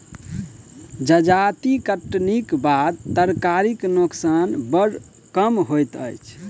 जजाति कटनीक बाद तरकारीक नोकसान बड़ कम होइत अछि